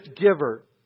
giver